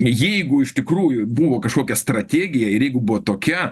jeigu iš tikrųjų buvo kažkokia strategija ir jeigu buvo tokia